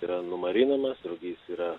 yra numarinamas drugys yra